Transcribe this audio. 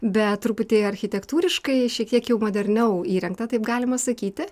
bet truputį architektūriškai šiek tiek jau moderniau įrengta taip galima sakyti